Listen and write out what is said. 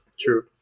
True